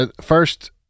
first